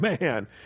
man